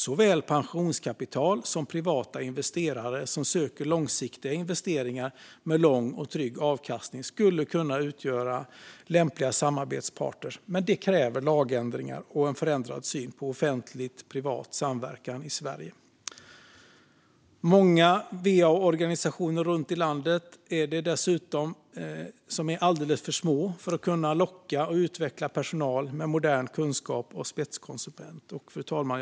Såväl pensionskapital som privata investerare som söker långsiktiga investeringar med lång och trygg avkastning skulle kunna utgöra lämpliga samarbetspartner, men detta kräver lagändringar och en förändrad syn på offentlig-privat samverkan i Sverige. Många va-organisationer runt om i landet är dessutom alldeles för små för att kunna locka och utveckla personal med modern kunskap och spetskompetens.